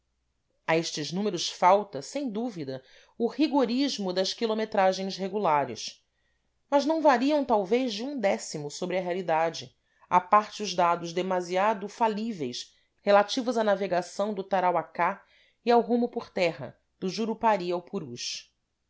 a estes números falta sem dúvida o rigorismo das quilometragens regulares mas não variam talvez de um décimo sobre a realidade à parte os dados demasiado falíveis relativos à navegação do tarauacá e ao rumo por terra do jurupari ao purus